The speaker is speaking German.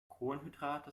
kohlenhydrate